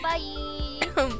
Bye